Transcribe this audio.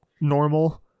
normal